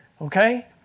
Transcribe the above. Okay